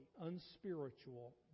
unspiritual